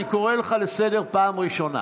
אני קורא אותך לסדר בפעם הראשונה.